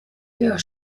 her